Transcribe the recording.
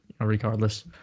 regardless